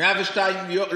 102 יום?